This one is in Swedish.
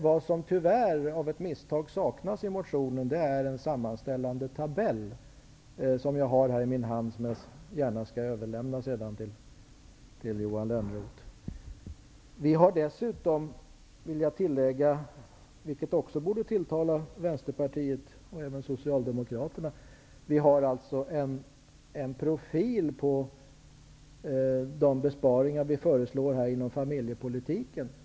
Vad som tyvärr av misstag saknas i motionen är en sammanställande tabell, som jag har här i min hand och som jag gärna skall överlämna sedan till Johan Lönnroth. Jag vill tillägga att det också är, vilket borde tilltala Vänsterpartiet och även Socialdemokraterna, en profil på de besparingar som föreslås på familjepolitikens område.